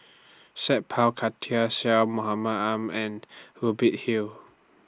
Sat Pal Khattar Syed Mohamed Ahmed and Hubert Hill